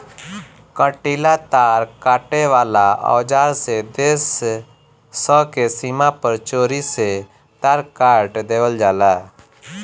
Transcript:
कंटीला तार काटे वाला औज़ार से देश स के सीमा पर चोरी से तार काट देवेल जाला